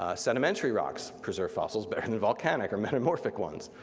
ah sedimentary rocks preserve fossils better and and volcanic or metamorphic ones.